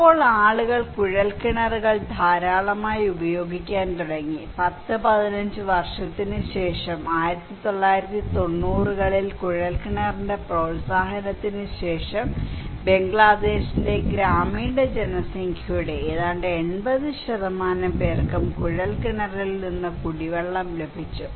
ഇപ്പോൾ ആളുകൾ കുഴൽക്കിണറുകൾ ഉപയോഗിക്കാൻ തുടങ്ങി 10 15 വർഷത്തിനു ശേഷം 1990 കളിൽ കുഴൽക്കിണറിന്റെ പ്രോത്സാഹനത്തിന് ശേഷം ബംഗ്ലാദേശിലെ ഗ്രാമീണ ജനസംഖ്യയുടെ ഏതാണ്ട് 80 പേർക്കും കുഴൽക്കിണറുകളിൽ നിന്ന് കുടിവെള്ളം ലഭിച്ചു